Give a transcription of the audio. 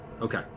Okay